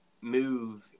move